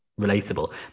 relatable